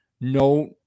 no